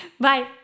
Bye